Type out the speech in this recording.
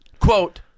Quote